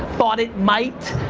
thought it might,